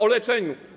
O leczeniu.